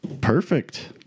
Perfect